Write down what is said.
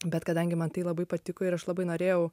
bet kadangi man tai labai patiko ir aš labai norėjau